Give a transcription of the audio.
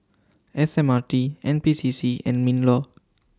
S M R T N P C C and MINLAW